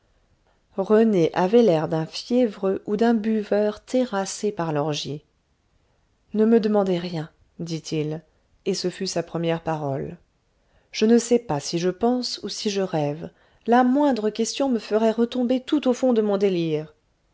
rené avait l'air d'un fiévreux ou d'un buveur terrassé par l'orgie ne me demandez rien dit-il et ce fut sa première parole je ne sais pas si je pense ou si je rêve la moindre question me ferait retomber tout au fond de mon délire